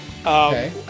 Okay